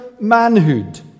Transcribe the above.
manhood